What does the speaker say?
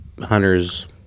Hunter's